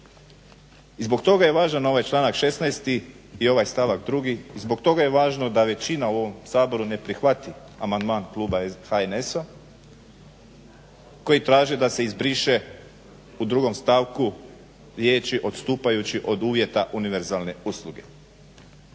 I zbog toga je važan ovaj članak 16. i ovaj stavak 2., zbog toga je važno da većina u ovom Saboru ne prihvati amandman kluba HNS-a koji traže da se izbriše u 2. stavku riječi "odstupajući od uvjeta univerzalne usluge".